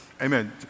Amen